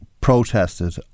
protested